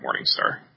Morningstar